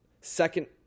second